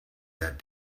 that